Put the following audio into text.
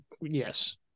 Yes